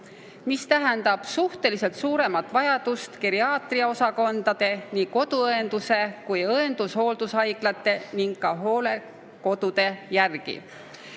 See tähendab suhteliselt suuremat vajadust geriaatriaosakondade, koduõenduse ja õendushooldushaiglate ning ka hooldekodude järele. Kui